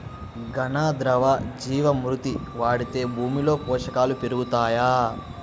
ఘన, ద్రవ జీవా మృతి వాడితే భూమిలో పోషకాలు పెరుగుతాయా?